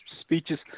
speeches